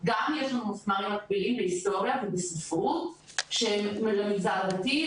גם יש מפמ"רים מקבילים בהיסטוריה ובספרות שהם למגזר הדתי,